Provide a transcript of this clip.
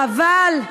חבל.